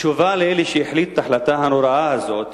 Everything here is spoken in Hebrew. כתשובה לאלה שהחליטו את ההחלטה הנוראה הזאת,